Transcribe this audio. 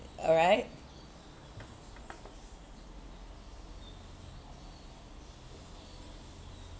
alright